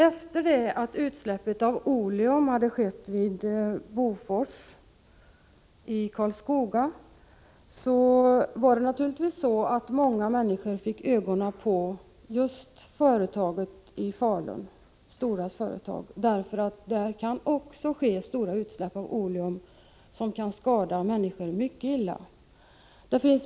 Efter det att utsläpp av oleum hade skett vid Prot. 1985/86:31 Bofors i Karlskoga fick naturligtvis många människor ögonen på just Storas 20 november 1985 företag i Falun. Där kan också ske stora utsläpp av oleum som kan skada GG HN människor mycket illa.